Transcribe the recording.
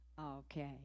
Okay